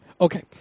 Okay